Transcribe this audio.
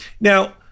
Now